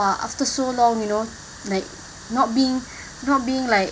!wah! after so long you know like not being not being like